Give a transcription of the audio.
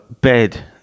bed